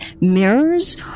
mirrors